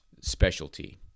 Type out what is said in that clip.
specialty